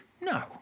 No